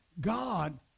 God